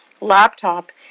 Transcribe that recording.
laptop